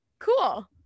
cool